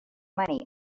money